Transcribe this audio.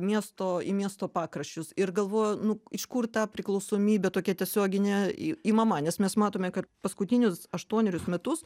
miesto į miesto pakraščius ir galvoju nu iš kur ta priklausomybė tokia tiesioginė i imama nes mes matome kad paskutinius aštuonerius metus